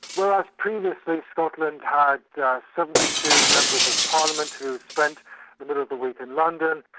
well as previously scotland had seventy two members of parliament who spent the middle of the week in london,